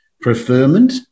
preferment